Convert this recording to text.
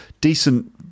decent